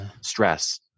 stress